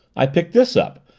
i picked this up,